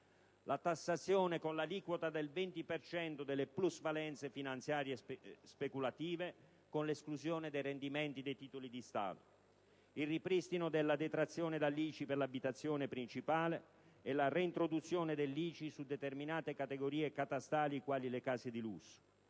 la tassazione con l'aliquota del 20 per cento delle plusvalenze finanziarie speculative, con l'esclusione dei rendimenti dei titoli di Stato; il ripristino della detrazione dall'ICI per l'abitazione principale e la reintroduzione dell'ICI su determinate categorie catastali, quali le case di lusso;